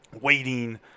waiting